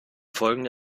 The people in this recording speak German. folgende